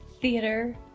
theater